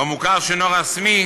במוכר שאינו רשמי